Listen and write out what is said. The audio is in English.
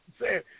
say